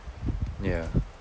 ya